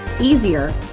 easier